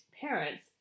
parents